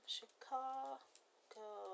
Chicago